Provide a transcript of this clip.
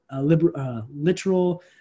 literal